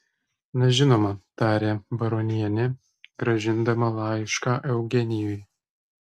na žinoma tarė baronienė grąžindama laišką eugenijui